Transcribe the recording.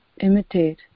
imitate